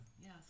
yes